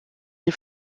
sie